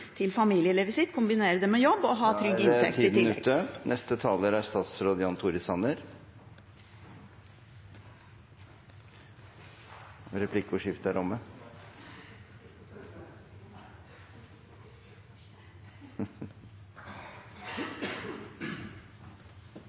til familielivet sitt, kombinere det med jobb. Replikkordskiftet er omme.